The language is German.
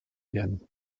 werden